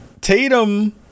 Tatum